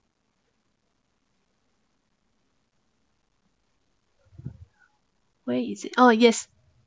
where is it oh yes